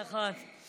נכון.